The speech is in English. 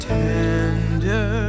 tender